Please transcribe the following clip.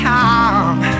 time